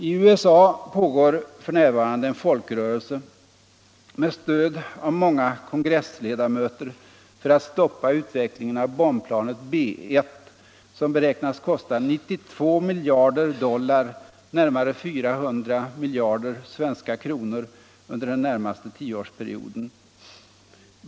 I USA pågår f. n. en folkrörelse med stöd av många kongressledamöter för att stoppa utvecklingen av bombplanet B-1, som beräknas kosta 92 miljarder dollar, närmare 400 miljarder kr., under den närmaste tioårsperioden.